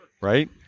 right